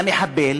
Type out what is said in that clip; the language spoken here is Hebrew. יא מחבל,